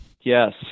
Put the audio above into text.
Yes